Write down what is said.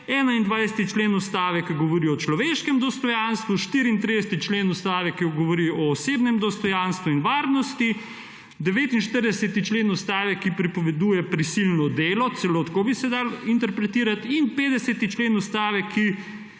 21. člen Ustave, ki govori o človeškem dostojanstvu, 34. člen Ustave, ki govori o osebnem dostojanstvu in varnosti, 49. člen Ustave, ki prepoveduje prisilno delo, celo tako bi se dalo interpretirati in 50. člen Ustave, ki